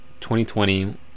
2020